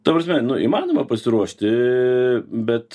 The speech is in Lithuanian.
ta prasme nu įmanoma pasiruošti bet